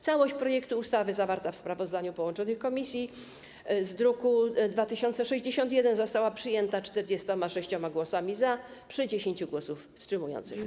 Całość projektu ustawy zawarta w sprawozdaniu połączonych komisji z druku nr 2061 została przyjęta 46 głosami za, przy 10 głosach wstrzymujących się.